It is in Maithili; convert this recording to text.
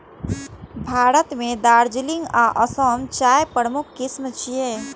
भारत मे दार्जिलिंग आ असम चायक प्रमुख किस्म छियै